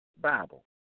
Bible